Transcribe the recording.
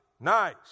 nice